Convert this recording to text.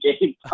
game